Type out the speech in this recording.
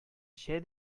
эчә